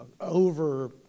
over